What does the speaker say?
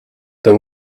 then